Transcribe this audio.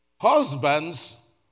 Husbands